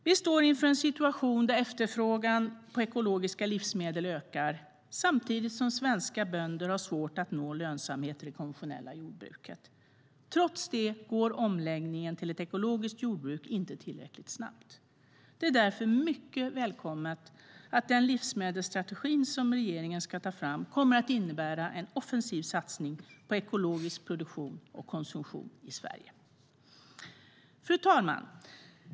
Vi står inför en situation där efterfrågan på ekologiska livsmedel ökar, samtidigt som svenska bönder har svårt att nå lönsamhet i det konventionella jordbruket. Trots detta går omläggningen till ett ekologiskt jordbruk inte tillräckligt snabbt. Det är därför mycket välkommet att den livsmedelsstrategi som regeringen ska ta fram kommer att innebära en offensiv satsning på ekologisk produktion och konsumtion i Sverige. Fru talman!